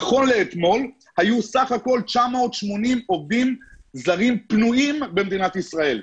נכון לאתמול היו סך הכול 980 עובדים זרים פנויים במדינת ישראל.